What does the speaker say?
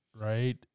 right